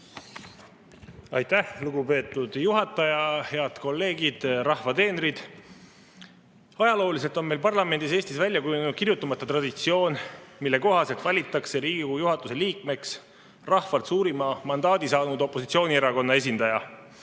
Aitäh, lugupeetud juhataja! Head kolleegid, rahva teenrid! Ajalooliselt on meil parlamendis Eestis välja kujunenud kirjutamata traditsioon, mille kohaselt valitakse Riigikogu juhatuse liikmeks ka rahvalt suurima mandaadi saanud opositsioonierakonna esindaja.